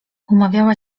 umawiała